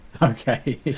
Okay